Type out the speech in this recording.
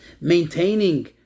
maintaining